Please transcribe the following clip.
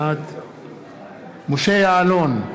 בעד משה יעלון,